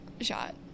shot